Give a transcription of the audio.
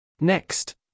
Next